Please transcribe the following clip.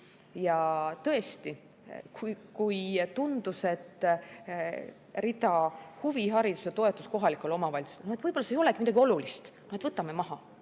Ja tõesti, kui tundus, et rida "Huvihariduse toetus kohalikele omavalitsustele" võib-olla ei olegi midagi olulist, võtame maha,